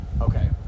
okay